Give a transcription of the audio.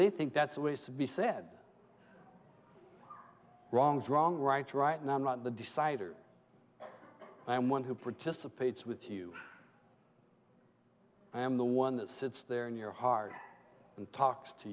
they think that's always to be said wrong is wrong right right now i'm not the decider i'm one who participates with you i am the one that sits there in your heart and talks to